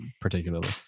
particularly